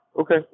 Okay